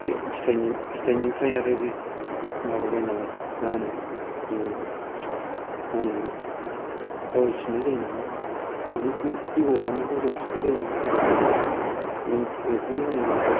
बे फिथाइ फिथाइनिफ्राय आरो बे माबाबाय नालाय मा होनो मा होनोमोनलाय जावैफिननाय जायो नालाय बे बेगरानो रज'फिननाय जायो नालाय बेखौनो होनो